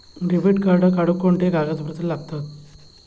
Debit card काढुक कोणते कागदपत्र लागतत?